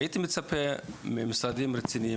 הייתי מצפה ממשרדים רציניים,